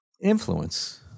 influence